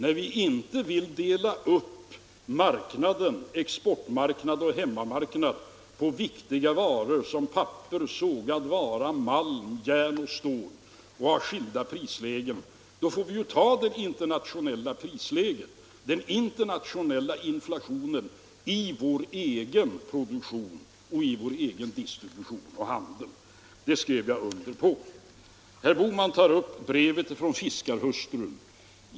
Då vi inte vill dela upp marknader i exportmarknad och hemmamarknad när det gäller viktiga varor som papper, sågad vara, malm, järn och stål och ha skilda prislägen, då får vi ta det internationella prisläget, dvs. den internationella inflationen, i vår egen produktion, distribution och handel. Det skrev jag under på. Herr Bohman tog upp brevet från fiskarhustrun.